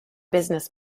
business